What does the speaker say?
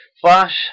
Flash